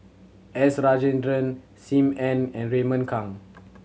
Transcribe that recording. S Rajendran Sim Ann and Raymond Kang